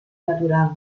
natural